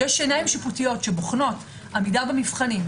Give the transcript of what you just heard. כשיש עיניים שיפוטיות שבוחנות עמידה במבחנים,